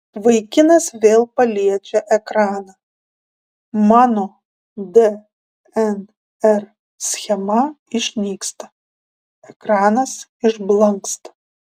vaikinas vėl paliečia ekraną mano dnr schema išnyksta ekranas išblanksta